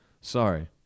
Sorry